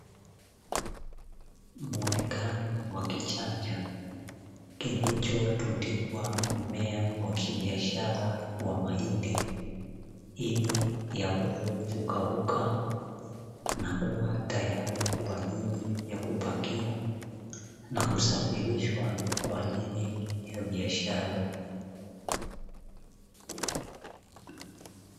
Muonekano wa kichanja kilichotundikwa mmea wa kibiashara wa mahindi, ili yaweze kukauka na kuwa tayari kwa ajili ya kupakia na kusafirishwa kwa ajili ya biashara.